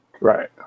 Right